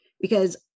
Because-